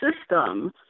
system